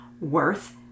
worth